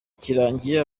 kirangiye